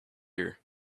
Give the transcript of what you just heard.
ear